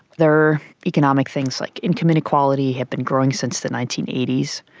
there are economic things like income inequality had been growing since the nineteen eighty s.